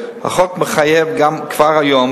האתרים והמגיבים ייקחו אחריות לתגובות המועלות באתרים,